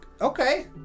okay